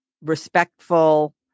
respectful